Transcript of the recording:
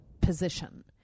position